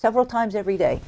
several times every day